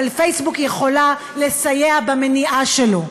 אבל פייסבוק יכולה לסייע במניעה שלו,